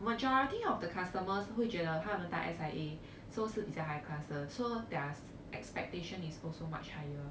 majority of the customers 会觉得他们搭 S_I_A so 是比较 high class 的 so their expectation is also much higher